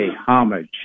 homage